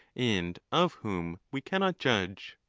and of whom we cannot judge.